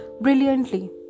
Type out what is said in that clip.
brilliantly